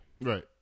Right